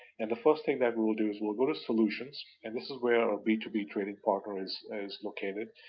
and the first thing that we'll we'll do is we'll go to solutions, and this is where and our b two b trading partner is is located,